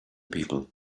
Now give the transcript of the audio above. people